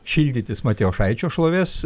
šildytis matijošaičio šlovės